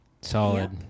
Solid